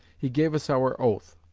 he gave us our oath